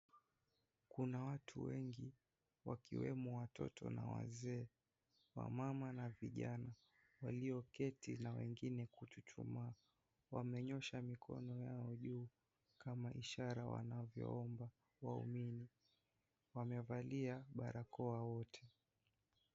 Kuna watu wengi wakiwemo watoto na wazee, wamama, na vijana, walioketi na wengine kuchuchumaa, wamenyosha mikono yao juu kama ishara wanavyoomba waumini, wamevalia barakoa wote.